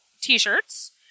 t-shirts